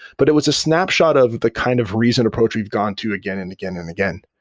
but it was a snapshot of the kind of recent approach we've gone to again and again and again,